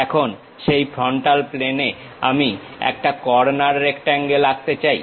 এখন সেই ফ্রন্টাল প্লেনে আমি একটা কর্নার রেক্টাঙ্গেল আঁকতে চাই